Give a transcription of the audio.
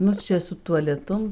nors čia su tuo lietum